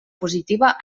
positiva